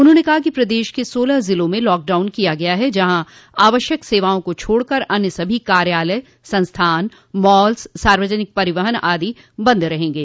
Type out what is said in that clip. उन्होंने कहा कि प्रदेश के सोलह जिलों में लॉकडाउन किया गया है वहां आवश्यक सेवाओं को छोड़कर अन्य सभी कार्यालय संस्थान मॉल्स सार्वजनिक परिवहन आदि बंद रहेंगे